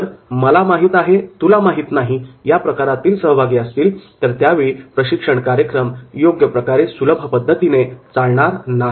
जर 'मला माहित आहे तुला माहीत नाही' या प्रकारातील सहभागी असतील तर त्यावेळी प्रशिक्षण कार्यक्रम योग्य प्रकारे सुलभ पद्धतीने चालणार नाही